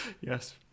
Yes